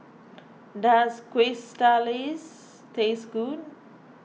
does Quesadillas taste good